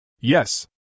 Yes